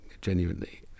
genuinely